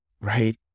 right